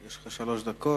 שלוש דקות.